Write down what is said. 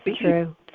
true